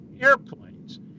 airplanes